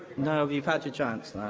no, you've you've had your chance now,